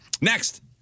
Next